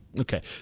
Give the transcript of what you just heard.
Okay